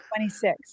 26